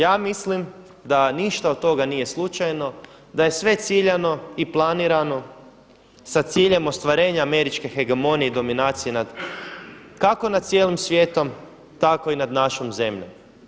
Ja mislim da ništa od toga nije slučajno, da je sve ciljano i planirano sa ciljem ostvarenja američke hegemonije i dominacije nad kako nad cijelim svijetom tako i nad našom zemljom.